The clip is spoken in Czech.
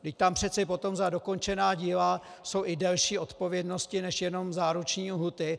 Vždyť tam přece potom za dokončená díla jsou i delší odpovědnosti než jenom záruční lhůty.